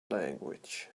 language